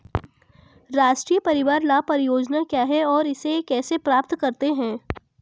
राष्ट्रीय परिवार लाभ परियोजना क्या है और इसे कैसे प्राप्त करते हैं?